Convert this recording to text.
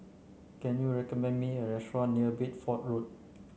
can you recommend me a restaurant near Bedford Road